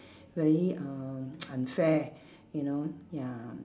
very uh unfair you know ya